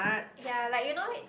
ya like you know